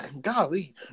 golly